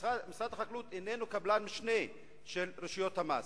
משרד החקלאות איננו קבלן משנה של רשויות המס,